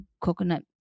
coconut